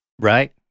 Right